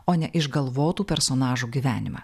o ne išgalvotų personažų gyvenimą